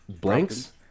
blanks